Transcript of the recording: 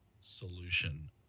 solution